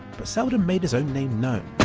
but seldom made his own name known.